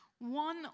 One